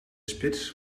spits